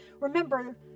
remember